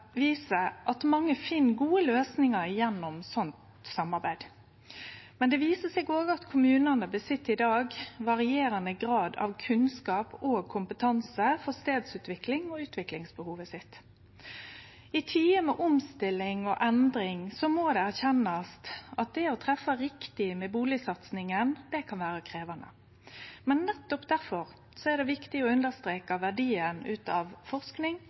viser at mange finn gode løysingar gjennom slikt samarbeid, men det viser seg òg at kommunane i dag har varierande grad av kunnskap og kompetanse på stadutvikling og utviklingsbehovet sitt. I tider med omstilling og endring må det erkjennast at det å treffe riktig med bustadsatsinga kan vere krevjande. Men nettopp difor er det viktig å understreke verdien av forsking